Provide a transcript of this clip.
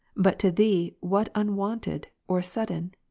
but to thee what unwonted or sudden,